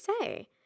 say